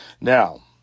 Now